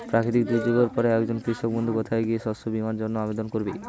প্রাকৃতিক দুর্যোগের পরে একজন কৃষক বন্ধু কোথায় গিয়ে শস্য বীমার জন্য আবেদন করবে?